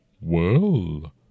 Well